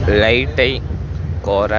லைட்டை கொற